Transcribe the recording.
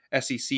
sec